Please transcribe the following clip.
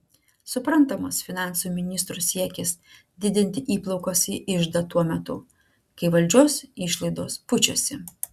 suprantamas finansų ministro siekis didinti įplaukas į iždą tuo metu kai valdžios išlaidos pučiasi